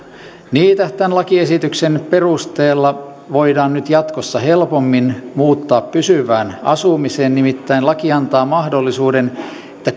niitä tämän lakiesityksen perusteella voidaan nyt jatkossa helpommin muuttaa pysyvään asumiseen nimittäin laki antaa mahdollisuuden että